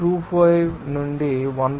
25 ను 1